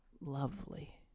lovely